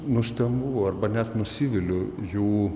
nustembu arba net nusiviliu jų